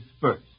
first